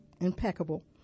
impeccable